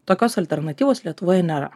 tokios alternatyvos lietuvoje nėra